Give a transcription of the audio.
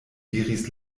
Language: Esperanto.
diris